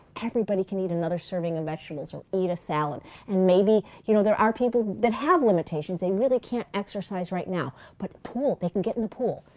everybody can eat another serving of vegetables or eat a salad and maybe you know there are people that have limitations. they really can't exercise right now, but the pool, they can get in the pool.